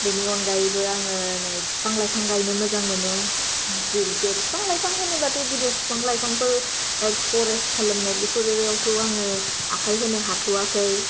बेनि अनगायैबो आङो नै बिफां लाइफां गायनो मोजां मोनो जे बिफां लाइफां होनोब्लाथ' गिदिर बिफां लाइफांफोर फरेस्थ खालामनो बेफोरावथ' आखाय होनो हाथ'याखै